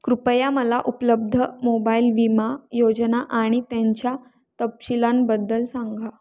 कृपया मला उपलब्ध मोबाईल विमा योजना आणि त्यांच्या तपशीलांबद्दल सांगा